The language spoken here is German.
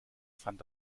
fand